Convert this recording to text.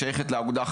תודה רבה אדוני השר,